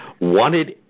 wanted